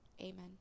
Amen